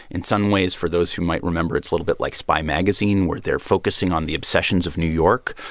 in some ways, for those who might remember, it's a little bit like spy magazine, where they're focusing on the obsessions of new york,